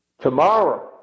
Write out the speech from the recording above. tomorrow